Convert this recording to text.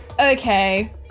Okay